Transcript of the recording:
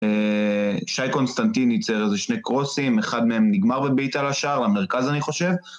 אהה... שי קונסטנטין ייצר איזה שני קרוסים, אחד מהם נגמר בביתה לשער, המרכז אני חושב.